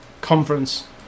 conference